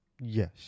Yes